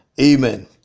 Amen